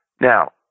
Now